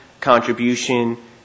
contribution